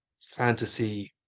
fantasy